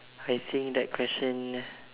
I think that question